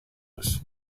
ist